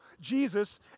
Jesus